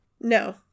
No